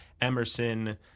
Emerson